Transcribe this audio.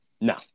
No